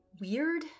weird